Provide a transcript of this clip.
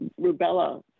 rubella